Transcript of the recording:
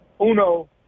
Uno